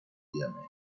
yemen